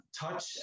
touch